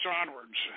onwards